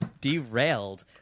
derailed